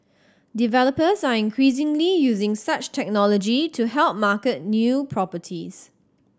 developers are increasingly using such technology to help market new properties